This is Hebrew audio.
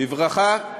בברכה,